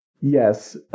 Yes